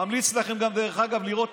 ממליץ לכם, דרך אגב, לראות